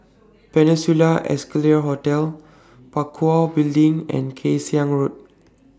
Peninsula Excelsior Hotel Parakou Building and Kay Siang Road